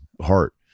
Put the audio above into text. heart